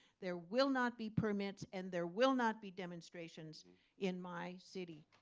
there will not be permits, and there will not be demonstrations in my city.